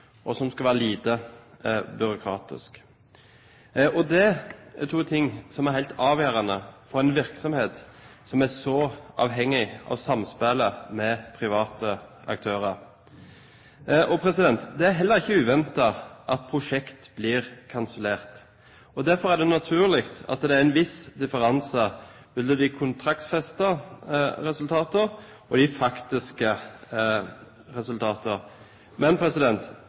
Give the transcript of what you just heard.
er så avhengig av samspillet med private aktører. Det er heller ikke uventet at prosjekt blir kansellert, og derfor er det naturlig at det er en viss differanse mellom de kontraktsfestede resultater og de faktiske resultater. Men